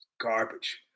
Garbage